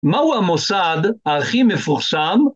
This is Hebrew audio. מהו המוסד הכי מפורסם?